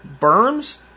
berms